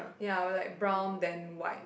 ya when like brown then white